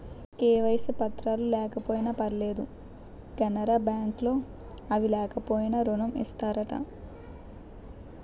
KYC పత్రాలు లేకపోయినా పర్లేదు కెనరా బ్యాంక్ లో అవి లేకపోయినా ఋణం ఇత్తారట